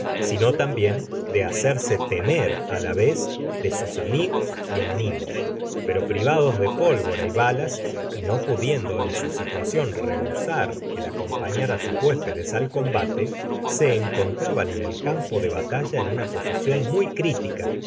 sino tambien de hacerse temer á la vez de sus amigos y enemigos pero privados de pólvora y balas y no pudiendo en su situacion rehusar el acompañar á sus huéspedes al combate se encontraban en el campo de batalla en una posicion muy critica